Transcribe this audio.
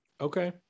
okay